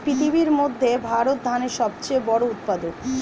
পৃথিবীর মধ্যে ভারত ধানের সবচেয়ে বড় উৎপাদক